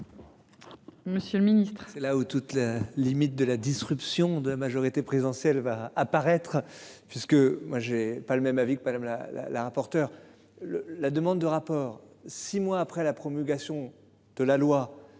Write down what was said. Monsieur le Ministre.